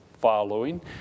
following